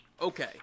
Okay